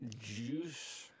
juice